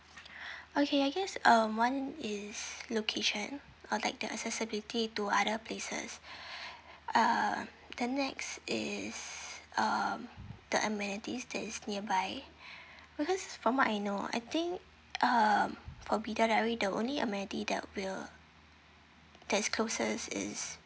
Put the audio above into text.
okay I guess um one is location or like the accessibility to other places uh the next is um the amenities that is nearby because from what I know I think um for bidadari the only amenity that will uh that's closest is